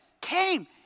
came